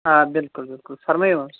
آ بِلکُل بِلکُل فرمٲیِو حظ